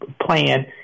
plan